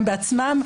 הם בעצמם.